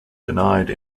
denied